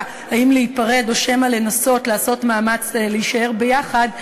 אם להיפרד או שמא לנסות לעשות מאמץ להישאר ביחד,